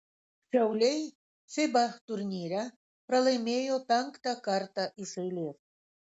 šiauliai fiba turnyre pralaimėjo penktą kartą iš eilės